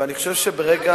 ואני חושב שברגע,